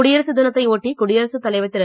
குடியரசு தினத்தை ஒட்டி குடியரசு தலைவர் திரு